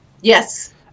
Yes